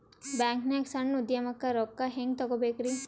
ಬ್ಯಾಂಕ್ನಾಗ ಸಣ್ಣ ಉದ್ಯಮಕ್ಕೆ ರೊಕ್ಕ ಹೆಂಗೆ ತಗೋಬೇಕ್ರಿ?